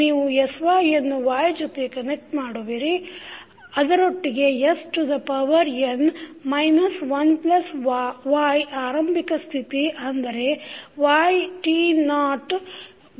ನೀವು syಯನ್ನು y ಜೊತೆ ಕನೆಕ್ಟ್ ಮಾಡುತ್ತೀರಿ ಅದರೊಟ್ಟಿಗೆ s to the power n minus 1 plus y ಆರಂಭಿಕ ಸ್ಥಿತಿ ಅಂದರೆ y t ನಾಟ್ s